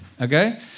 Okay